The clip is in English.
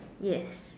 yes